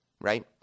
right